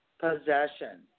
possession